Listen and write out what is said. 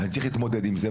אני צריך להתמודד עם זה,